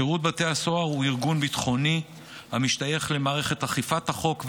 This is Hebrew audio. שירות בתי הסוהר הוא ארגון ביטחוני המשתייך למערכת אכיפת החוק,